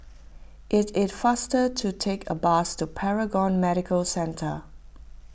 it is faster to take a bus to Paragon Medical Centre